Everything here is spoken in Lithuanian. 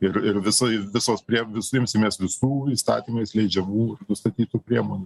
ir ir visai visos prie visų imsimės visų įstatymais leidžiamų nustatytų priemonių